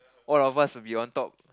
all of us will be on top